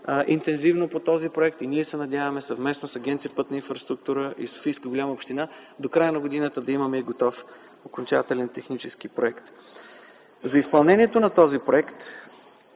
интензивно по този проект и ние се надяваме съвместно с Агенция „Пътна инфраструктура” и Столична голяма община до края на годината да имаме окончателен технически проект. За изпълнението на този проект